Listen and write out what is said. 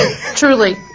Truly